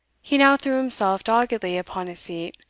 he now threw himself doggedly upon a seat,